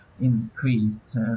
increased